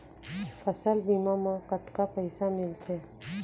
फसल बीमा म कतका पइसा मिलथे?